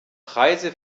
preise